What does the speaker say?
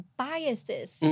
biases